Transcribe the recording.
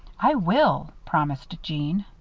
i will, promised jeanne.